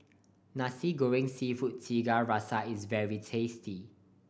Nasi Goreng Seafood Tiga Rasa is very tasty